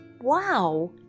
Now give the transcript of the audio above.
Wow